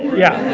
yeah,